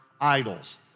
idols